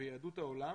ביהדות העולם